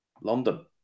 London